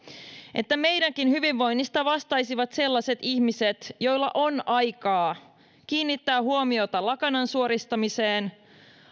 meidänkin hyvinvoinnistamme vastaisivat sellaiset ihmiset joilla on aikaa kiinnittää huomiota lakanan suoristamiseen